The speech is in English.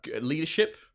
leadership